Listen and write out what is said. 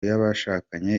y’abashakanye